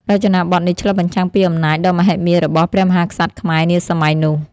រចនាបថនេះឆ្លុះបញ្ចាំងពីអំណាចដ៏មហិមារបស់ព្រះមហាក្សត្រខ្មែរនាសម័យនោះ។